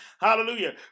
Hallelujah